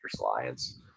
Alliance